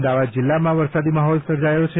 અમદાવાદ જિલ્લામાં વરસાદી માહોલ સર્જાયો છે